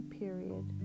period